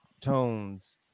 tones